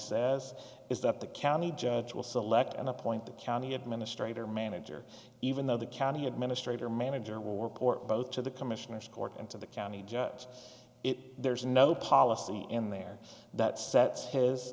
says is that the county judge will select and appoint the county administrator manager even though the county administrator manager war port both to the commissioners court and to the county judge it there's no policy in there that sets his